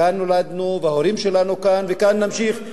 כאן נולדנו, וההורים שלנו כאן, וכאן נמשיך.